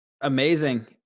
Amazing